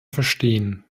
verstehen